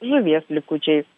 žuvies likučiais